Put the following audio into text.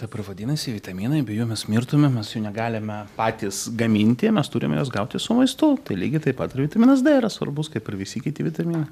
taip ir vadinasi vitaminai be jų mes mirtume mes jų negalime patys gaminti mes turime juos gauti su maistu tai lygiai taip pat ir vitaminas dė yra svarbus kaip ir visi kiti vitaminai